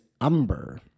umber